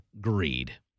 greed